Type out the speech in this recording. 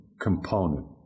component